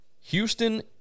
houston